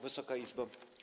Wysoka Izbo!